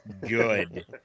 good